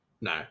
No